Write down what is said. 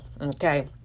okay